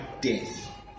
death